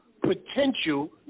potential